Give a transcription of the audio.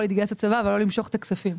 להתגייס לצבא אבל לא למשוך את הכספים.